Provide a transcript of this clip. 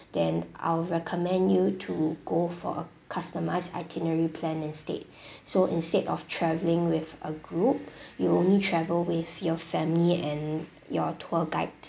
then I'll recommend you to go for a customised itinerary plan instead so instead of travelling with a group you only travel with your family and your tour guide